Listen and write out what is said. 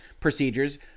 procedures